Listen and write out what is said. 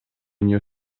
nie